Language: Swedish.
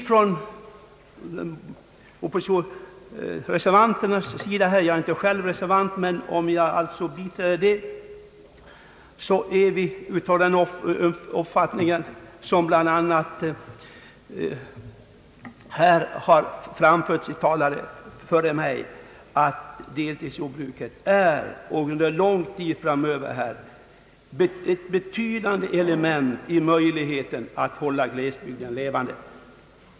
Jag har liksom reservanterna den uppfattningen, som även framförts här av talare före mig, att deltidsjordbruket är och under lång tid framöver kommer att vara ett betydande element i möjligheten att hålla glesbygden levande.